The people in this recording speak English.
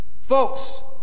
Folks